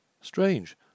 Strange